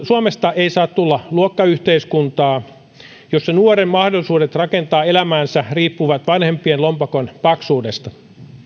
suomesta ei saa tulla luokkayhteiskuntaa jossa nuoren mahdollisuudet rakentaa elämäänsä riippuvat vanhempien lompakon paksuudesta